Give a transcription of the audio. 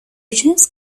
جنس